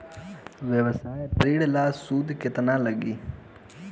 व्यवसाय ऋण ला सूद केतना लागी?